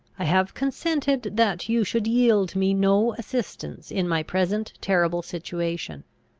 i have consented that you should yield me no assistance in my present terrible situation.